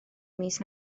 mis